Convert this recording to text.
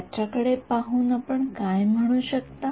त्याच्याकडे पाहून आपण काय म्हणू शकता